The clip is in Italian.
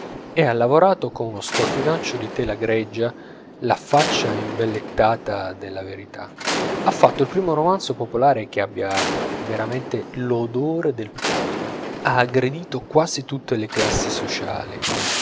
e ha lavato con uno strofinaccio di tela greggia la faccia imbellettata della verità ha fatto il primo romanzo popolare che abbia veramente l'odore del popolo ha aggredito quasi tutte le classi sociali